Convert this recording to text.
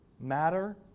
Matter